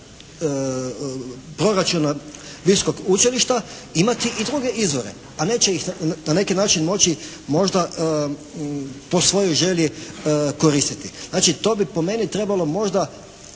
proračuna visokog učilišta imati i druge izvore a neće ih na neki način moći možda po svojoj želji koristiti. Znači, to bi po meni trebalo možda